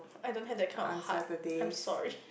I don't have that kind of heart I am sorry